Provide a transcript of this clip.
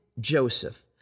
Joseph